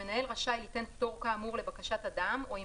המנהל רשאי ליתן פטור כאמור לבקשת אדם או אם